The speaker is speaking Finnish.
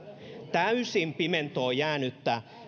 täysin pimentoon jääneellä